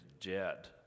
dead